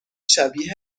شبیه